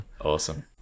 Awesome